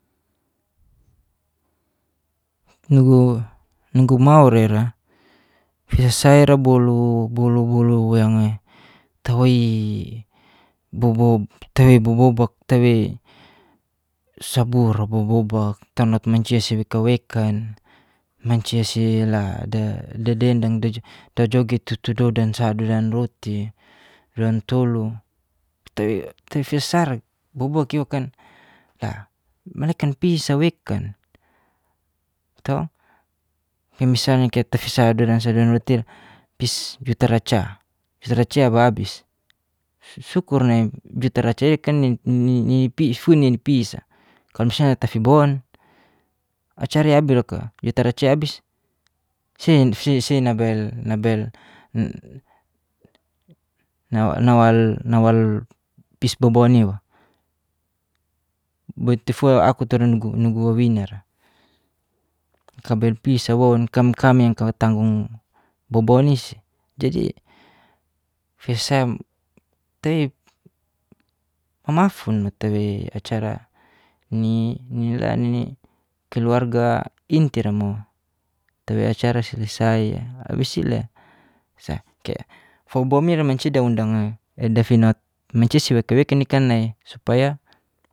nugu maoraira bolu bolu bolu yang tawai bobobak tawai sabora bobobak tanot mancia siweka-wekan, mancia la dadendang dajoget tutu dodansa dan roti dan tolu la malekan pisa wekan to. misalnya kaya tafisa dodansa dan roti pis jutaraca. jutaracaia baabis. sukur nai jutaracai'a kan fun nipisa, kalo misalnya tafibon acaraia abiloka. jutaracaia abis nawal pis boboniwa boitifua aku turan nugu wawinara, kabel pis'awo kam kam yang tanggung bobonis. Jadi fisam tei ma'mafun matawe acara ni la keluarga intiramo tawe acara selesai abis itu lai kaya fuabumena mancida undang dafinot mancisi weka-weka nikan supaya